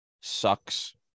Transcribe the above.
sucks